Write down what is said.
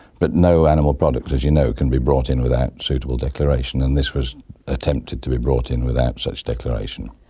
but no animal product, as you know, can be brought in without suitable declaration, and this was attempted to be brought in without such declaration.